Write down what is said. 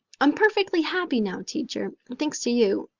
i'm perfectly happy now, teacher, thanks to you.